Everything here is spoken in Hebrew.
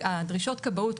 דרישות הכבאות,